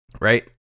Right